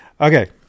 Okay